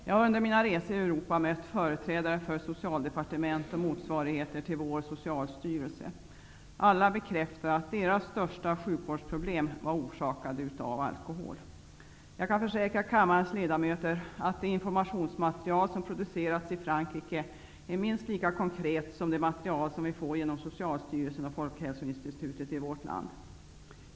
Jag har under mina resor i Europa mött företrädare för socialdepartement och motsvarigheter till vår socialstyrelse. Alla bekräftade att deras största sjukvårdsproblem var orsakade av alkohol. Jag kan försäkra kammarens ledamöter att det informationsmatrial som producerats i Frankrike är minst lika konkret som det material som vi får genom Socialstyrelsen och Folkhälsoinstitutet i vårt land.